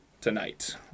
tonight